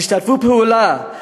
תשתפו פעולה.